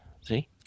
See